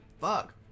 Fuck